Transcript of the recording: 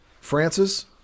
Francis